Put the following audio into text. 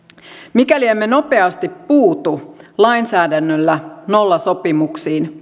mikäli emme nopeasti puutu lainsäädännöllä nollasopimuksiin